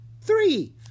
three